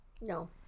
no